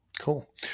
Cool